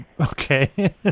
Okay